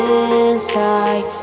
inside